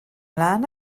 ymlaen